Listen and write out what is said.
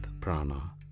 prana